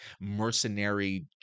mercenary